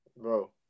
Bro